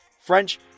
French